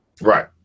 Right